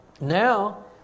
Now